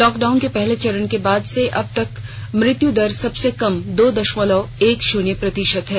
lockdown के पहले चरण के बाद से अब तक मृत्यु दर सबसे कम दो दशमलव एक शुन्य प्रतिशत है